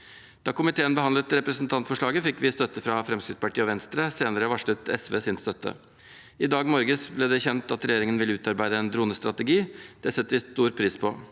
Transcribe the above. Da komiteen behandlet representantforslaget, fikk vi støtte fra Fremskrittspartiet og Venstre. Senere varslet SV sin støtte. I dag morges ble det kjent at regjeringen vil utarbeide en dronestrategi. Det setter vi stor pris på.